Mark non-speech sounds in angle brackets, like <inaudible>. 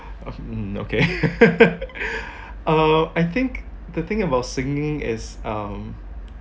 mm okay <laughs> uh I think the thing about singing is um